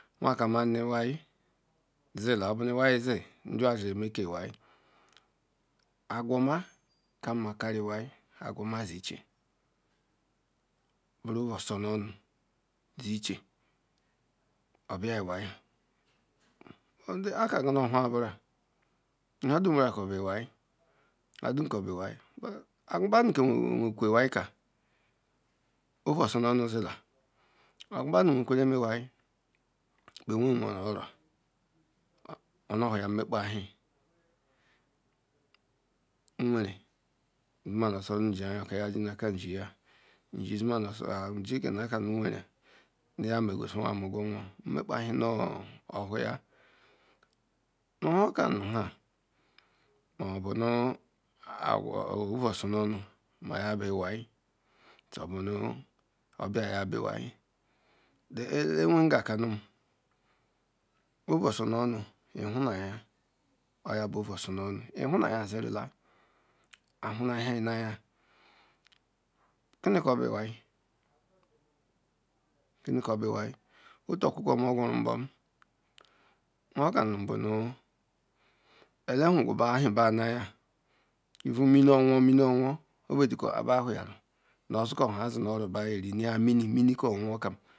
nmeka nu iwai zila obu nu iwai zi nu jiwa zeru kpa iwai agwa oma kamma karu iwai agwa oma zi ichie buru osornonu ziejie akaganu oha nbura ha dum kobu iheai egheabadu kowegwu iwai ka ovu osornuonu zila egwa beda nwekwelam iwai bea nwe nwo nu oro onuwhuja nmekpe chie nwere zimanosor nzie aya nwzienu aka nzia nzie zirakanu nwere yamegwu suawiya wegwu nwo nmekpe hie nowkoya nwokazia mopanu ovu osornu maya buiwai nywerga ka nu ovu osornu ihuneya ya bu ovu osornu ihunega awhuru ehie nu aya kini kobu iwai ofu okwukwo mogwurubom nhorkanam bunu elehugwu ehie banu aya nye ovu mini owa owi nu ozikam nha zi nu ora beme ri karu kiea mim onwouwou kiyam